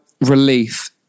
relief